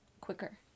quicker